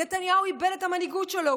נתניהו איבד את המנהיגות שלו,